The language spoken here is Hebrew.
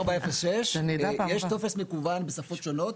3406*. יש טופס מקוון בשפות שונות.